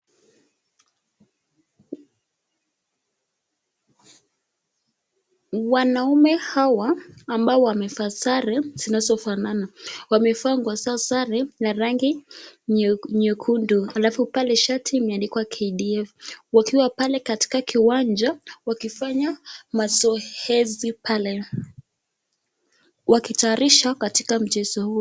Wanaume hawa ambao wamevaa sare zinazofana wamevaa nguo, sare ya rangi nyekundu alafu pale shati imeandikwa KDF wakiwa pale katika kiwanja wakifanya mazoezi pale, wakitaarisha katika mchezo huu.